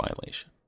violation